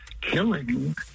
killing